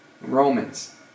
Romans